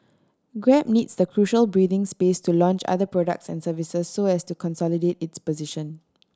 grab needs the crucial breathing space to launch other products and services so as to consolidate its position